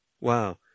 Wow